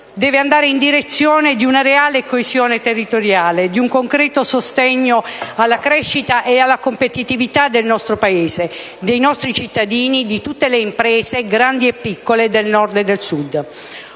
deve andare in direzione di una reale coesione territoriale e di un concreto sostegno alla crescita e alla competitività di tutti i nostri cittadini e di tutte le nostre imprese: grandi e piccole, del Nord e del Sud.